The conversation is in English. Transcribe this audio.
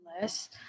less